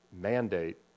mandate